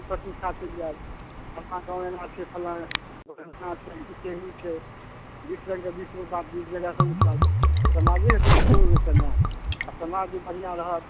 प्रतिष्ठा चलि जायत ओ एना छै फल्लाँ ओ एना छै ई छै ओ छै बीस रङ्गके बीसगो बात बीस जगह सँ उठल समाजे ने दुरुपयोग हेतै ने अपना जे बढ़िआँ रहत